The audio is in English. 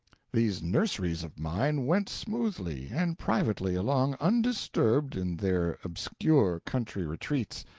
these nurseries of mine went smoothly and privately along undisturbed in their obscure country retreats,